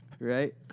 Right